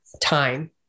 time